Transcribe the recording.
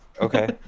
okay